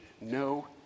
no